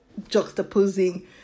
juxtaposing